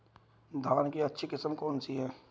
धान की अच्छी किस्म कौन सी है?